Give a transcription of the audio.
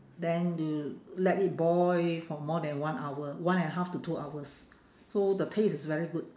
then you let it boil for more than one hour one and a half to two hours so the taste is very good